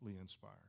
inspired